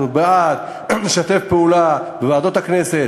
אנחנו בעד, נשתף פעולה בוועדות הכנסת.